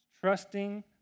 trusting